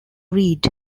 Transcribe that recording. reed